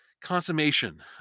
consummation